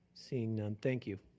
seeing none, thank you.